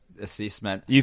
assessment